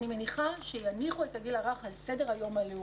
אני מניחה שיניחו את הגיל הרך על סדר היום הלאומי.